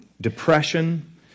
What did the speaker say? Depression